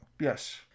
Yes